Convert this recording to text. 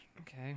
Okay